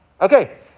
Okay